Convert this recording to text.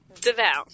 Devout